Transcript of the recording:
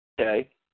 Okay